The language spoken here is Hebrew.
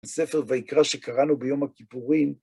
ספר ויקרא שקראנו ביום הכיפורים.